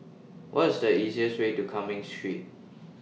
What IS The easiest Way to Cumming Street